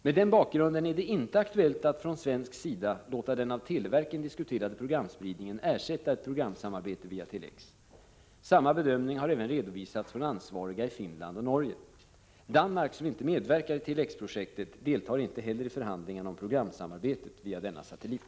Med den bakgrunden är det inte aktuellt att från svensk sida låta den av televerken diskuterade programspridningen ersätta ett programsamarbete via Tele-X. Samma bedömning har även redovisats från ansvariga i Finland och Norge. Danmark, som inte medverkar i Tele-X-projektet, deltar inte heller i förhandlingarna om programsamarbetet via denna satellit.